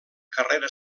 carrera